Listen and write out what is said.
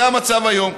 זה המצב היום.